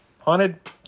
Haunted